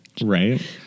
Right